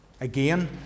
Again